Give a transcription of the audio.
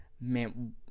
Man